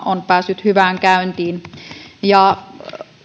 on päässyt hyvään käyntiin